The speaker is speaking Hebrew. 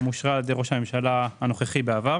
אושרה על ידי ראש הממשלה הנוכחי בעבר